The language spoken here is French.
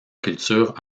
culture